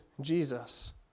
Jesus